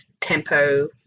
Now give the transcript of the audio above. tempo